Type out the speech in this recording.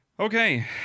Okay